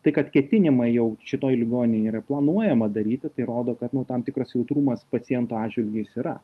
tai kad ketinimai jau šitoj ligoninėj yra planuojama daryti tai rodo kad nu tam tikras jautrumas pacientų atžvilgiu jis yra